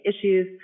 issues